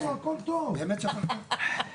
אמרו לי גם על הקודם שאין צורך והיא הגיעה.